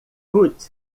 ruth